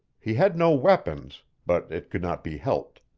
he had no weapons, but it could not be helped.